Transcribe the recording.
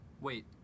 Wait